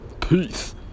Peace